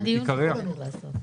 זה הדיון שצריך לעשות.